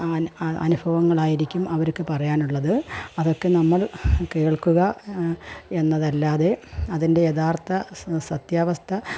അ അനുഭവങ്ങളായിരിക്കും അവര്ക്ക് പറയാനുള്ളത് അതൊക്കെ നമ്മൾ കേൾക്കുക എന്നതല്ലാതെ അതിൻ്റെ യഥാർത്ഥ സ് സത്യാവസ്ഥ